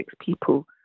people